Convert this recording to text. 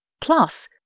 Plus